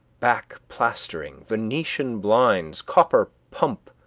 back plastering, venetian blinds, copper pump,